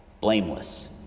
blameless